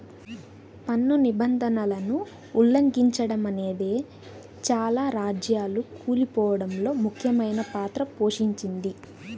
పన్ను నిబంధనలను ఉల్లంఘిచడమనేదే చాలా రాజ్యాలు కూలిపోడంలో ముఖ్యమైన పాత్ర పోషించింది